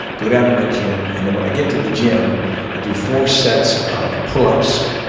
go down to my gym, and then when i get to the gym i do four sets of pull-ups,